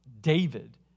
David